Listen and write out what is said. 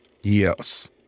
Yes